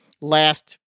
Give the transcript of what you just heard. last